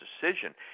decision